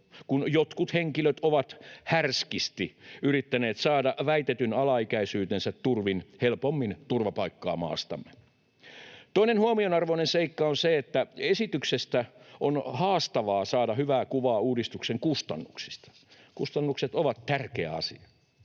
kun jotkut henkilöt ovat härskisti yrittäneet saada väitetyn alaikäisyytensä turvin helpommin turvapaikkaa maastamme. Toinen huomionarvoinen seikka on se, että esityksestä on haastavaa saada hyvää kuvaa uudistuksen kustannuksista. Kustannukset ovat tärkeä asia.